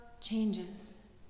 changes